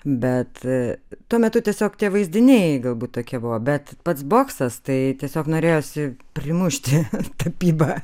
bet tuo metu tiesiog tie vaizdiniai galbūt tokie buvo bet pats boksas tai tiesiog norėjosi primušti tapybą